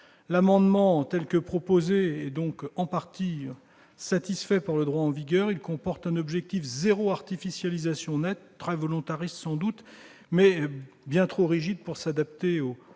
L'amendement proposé est donc en partie satisfait par le droit en vigueur. De plus, il comporte un objectif « zéro artificialisation nette » très volontariste, mais sans doute un peu trop rigide pour s'adapter aux besoins